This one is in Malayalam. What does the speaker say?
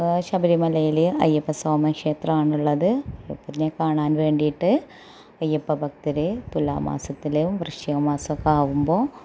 ശബരിമലയിലെ അയ്യപ്പ സാമി ക്ഷേത്രമാണുള്ളത് അയ്യപ്പനെ കാണാൻ വേണ്ടിയിട്ട് അയ്യപ്പ ഭക്തർ തുലാമാസത്തിൽ വൃശ്ചിക മാസം ഒക്കെ ആവുമ്പോൾ